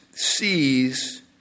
sees